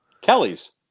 Kelly's